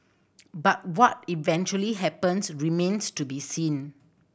but what eventually happens remains to be seen